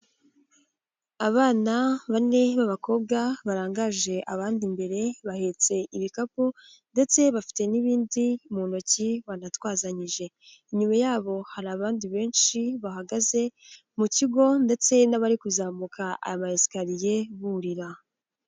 Abana bane b'abakobwa barangaje abandi imbere bahetse ibikapu ndetse bafite n'ibindi mu ntoki banatwazanyije, inyuma yabo hari abandi benshi bahagaze mu kigo ndetse n'abari kuzamuka ama esikariye burira.